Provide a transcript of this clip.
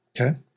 Okay